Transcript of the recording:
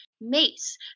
mace